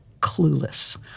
clueless